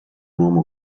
uomo